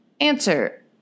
Answer